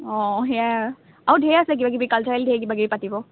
অঁ সেয়া আৰু ঢেৰ আছে কিবাকিবি কালচাৰেল ঢেৰ কিবাকিবি পাতিব